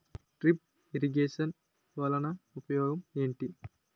drip irrigation వలన ఉపయోగం ఏంటి